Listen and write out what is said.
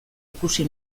ikusi